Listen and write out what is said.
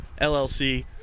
LLC